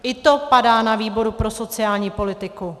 I to padá na výboru pro sociální politiku.